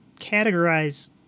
categorize